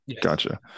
gotcha